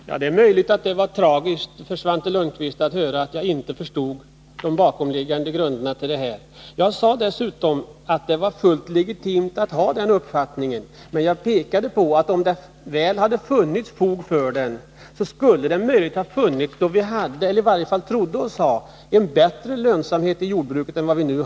Fru talman! Ja, det är möjligt att det var tragiskt för Svante Lundkvist att höra att jag inte förstod det här. Jag sade dessutom att det var fullt legitimt att ha den uppfattningen. Men jag pekade på att om det hade funnits fog för uppfattningen, så skulle vi möjligen ha haft eller i varje fall trott oss ha en bättre lönsamhet inom jordbruket än vi har nu.